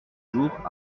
jours